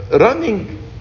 running